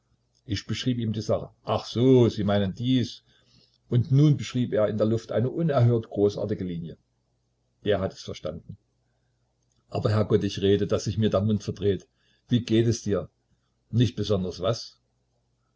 ich beschrieb ihm die sache ach so sie meinen dies und nun beschrieb er in der luft eine unerhört großartige linie der hat es verstanden aber herrgott ich rede daß sich mir der mund verdreht wie geht es dir nicht besonders was